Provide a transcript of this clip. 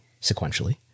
sequentially